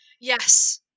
Yes